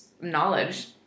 knowledge